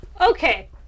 Okay